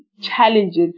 Challenges